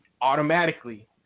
automatically